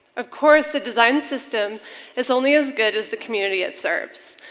of course, a design system is only as good as the community it serves,